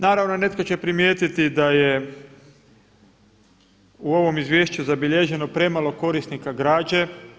Naravno netko će primijetiti da je u ovom izvješću zabilježeno premalo korisnika građe.